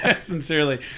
Sincerely